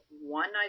one